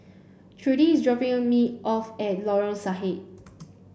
Trudie is dropping me off at Lorong Sahad